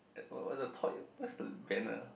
what's the banner